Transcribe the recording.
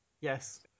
yes